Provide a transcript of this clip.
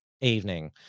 evening